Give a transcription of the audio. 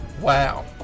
Wow